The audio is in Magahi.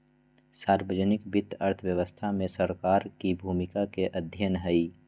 सार्वजनिक वित्त अर्थव्यवस्था में सरकार के भूमिका के अध्ययन हइ